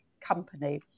company